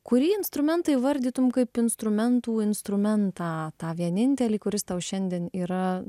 kurį instrumentą įvardytum kaip instrumentų instrumentą tą vienintelį kuris tau šiandien yra